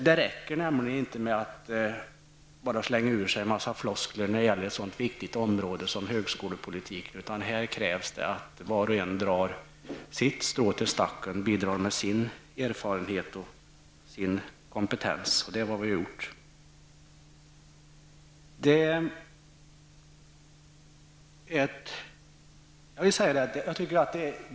Det räcker inte med att slänga ur sig en mängd floskler när det gäller ett sådant viktigt område som högskolepolitiken. Här krävs det att var och en drar sitt strå till stacken och bidrar med sin erfarenhet och kompetens. Det har vi gjort här.